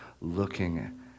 looking